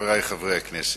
חברי חברי הכנסת,